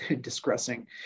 discussing